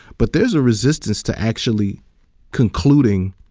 but there's a resistance to actually concluding